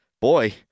boy